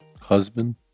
Husband